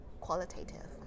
qualitative